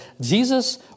Jesus